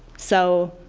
so